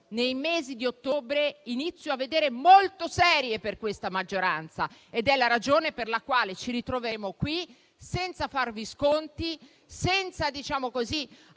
i mesi di ottobre inizio a vedere molto serie per questa maggioranza, ed è la ragione per la quale ci ritroveremo qui senza farvi sconti; senza alcun